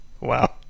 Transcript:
Wow